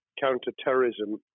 counter-terrorism